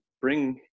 bring